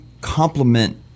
complement